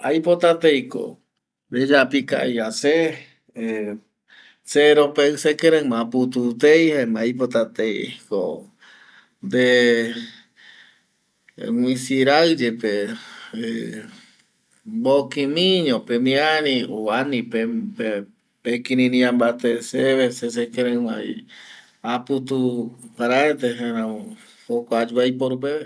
Aipota tei ko reyapo ikavi va se eh seropei, sekireima aputu tei jaema aipota tei ko nde misi rai yepe eh mboki mi ño Pemiari o ani pe pekiriria mbate seve se sekirei ma vi aputu paraete jaeramo jokua ayu aiporu peve